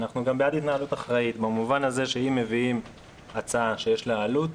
אנחנו גם בעד התנהלות אחראית במובן זה שאם מביאים הצעה שיש לה עלות,